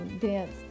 dance